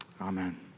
Amen